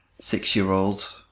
Six-year-old